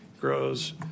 grows